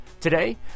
Today